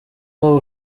waba